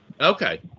Okay